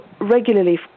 regularly